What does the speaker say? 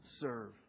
serve